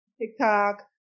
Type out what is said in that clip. TikTok